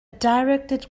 directed